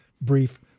brief